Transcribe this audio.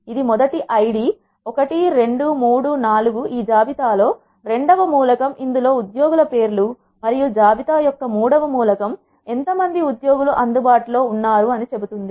ఇది ఇది మొదటి ఐడి లు 1234 ఈ జాబితా లో రెండవ మూలకం ఇందులో ఉద్యోగుల పేర్లు మొదటి ఐడి లు 1234 ఈ జాబితా లో రెండవ మూలకం ఇందులో ఉద్యోగుల పేర్లు ఈ జాబితా లో మరియు జాబితా యొక్క మూడవ మూలకం ఎంతమంది ఉద్యోగు లు అందుబాటులో ఉన్నారు అని చెబుతుంది